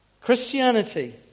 Christianity